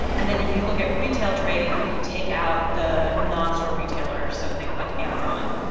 and then if you look at retail trade but you take out the nonstore retailers so think like amazon,